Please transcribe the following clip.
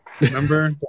remember